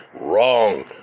wrong